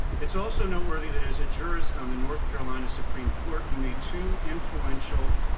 it's also noteworthy that as a jurist on the north carolina supreme court, he made two influential